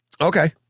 Okay